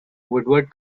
woodward